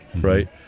right